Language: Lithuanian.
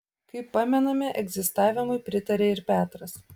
kaip pamename egzistavimui pritarė ir petras